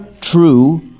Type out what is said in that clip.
true